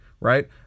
Right